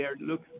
look